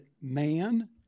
man